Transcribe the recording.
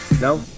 no